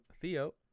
Theo